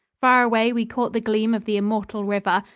far away we caught the gleam of the immortal river,